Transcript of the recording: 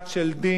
של דין,